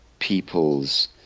people's